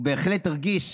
הוא בהחלט הרגיש